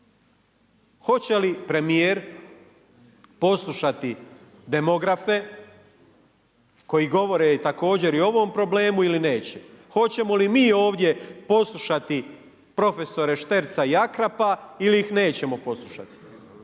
Hoće li premijer poslušati demografe koji govore također i o ovom problemu ili neće? Hoćemo li mi ovdje poslušati profesore Šterca i Akrapa ili ih nećemo poslušati?